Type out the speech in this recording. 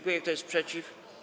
Kto jest przeciw?